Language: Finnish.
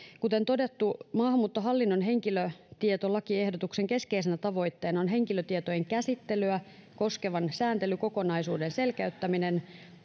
kuten todettu maahanmuuttohallinnon henkilötietolakiehdotuksen keskeisenä tavoitteena on henkilötietojen käsittelyä koskevan sääntelykokonaisuuden selkeyttäminen